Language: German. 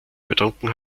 betrunken